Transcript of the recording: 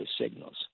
signals